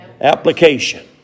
application